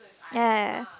ya ya ya